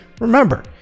remember